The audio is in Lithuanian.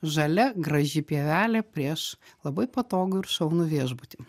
žalia graži pievelė prieš labai patogų ir šaunų viešbutį